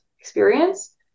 experience